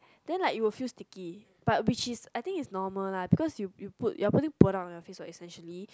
then like you will feel sticky but which is I think is normal lah because you you put you are putting product on your face what essentially